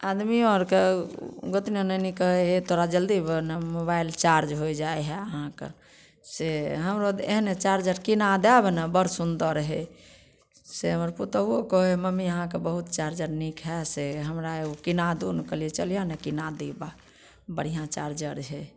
आदमियो आरके गोतनि कहय हइ तोरा जल्दी भने मोबाइल चार्ज हो जाइ हइ अहाँके से हमरो एहने चार्जर किना देब ने बड़ सुन्दर हइ से हमर पुतहु कहय हइ मम्मी अहाँके बहुत चार्जर नीक हइ से हमरा एगो किना दू ने कहलियै चलिहऽ ने किना देबऽ बढ़िआँ चार्जर हइ